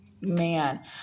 man